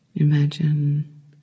Imagine